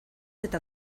eta